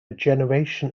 generation